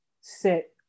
sit